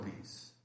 peace